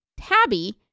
Tabby